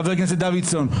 חבר הכנסת דוידסון,